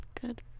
good